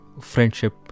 friendship